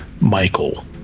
Michael